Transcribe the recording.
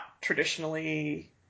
traditionally